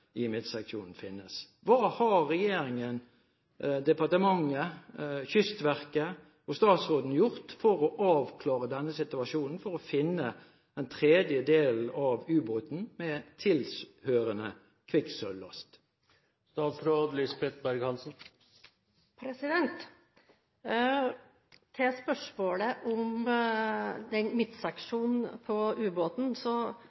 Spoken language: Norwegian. Hva har regjeringen, departementet, Kystverket og statsråden gjort for å avklare denne situasjonen, for å finne den tredje delen av ubåten med tilhørende kvikksølvlast? Til spørsmålet om midtseksjonen på ubåten: Vi vet alle at den